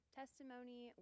testimony